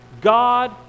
God